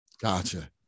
Gotcha